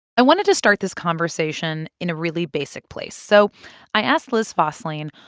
i wanted to start this conversation in a really basic place. so i asked liz fosslien,